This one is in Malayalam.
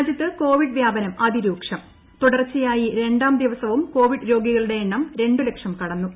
രാജ്യത്ത് കോവിഡ് വ്യാപനം അത്തിരൂക്ഷം തുടർച്ചയായി രണ്ടാം ദിവസവും കോവിഡ് രോഗികളുടെ എണ്ണം രണ്ട്ട് ലക്ഷം കടന്നു